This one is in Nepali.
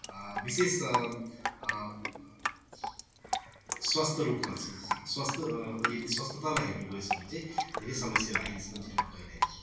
विशेष स्वास्थ्य रूपमा चाहिँ स्वास्थ्य यदि स्वस्थतालाई हेर्नु गएछ भने चाहिँ धेरै समस्याहरू अहिलेसम्म झेल्नु परिरहेको छ